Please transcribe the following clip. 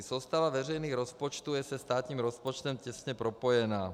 Soustava veřejných rozpočtů je se státním rozpočtem těsně propojena.